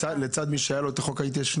לצד מי שהיה לו את חוק ההתיישנות.